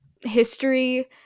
history